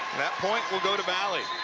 that point will go to valley.